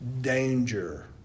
danger